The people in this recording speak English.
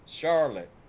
Charlotte